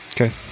Okay